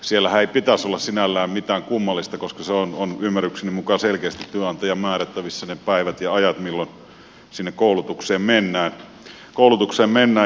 siellähän ei pitäisi olla sinällään mitään kummallista koska ne päivät ja ajat milloin sinne koulutukseen mennään ovat ymmärrykseni mukaan selkeästi työnantajan määrättävissä